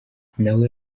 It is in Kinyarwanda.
nawe